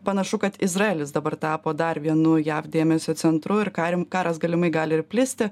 panašu kad izraelis dabar tapo dar vienu jav dėmesio centru ir kariam karas galimai gali ir plisti